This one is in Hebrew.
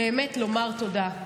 באמת לומר תודה.